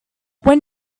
when